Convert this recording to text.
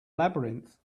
labyrinth